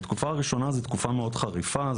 התקופה הראשונה היא תקופה מאוד חריפה,